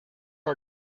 our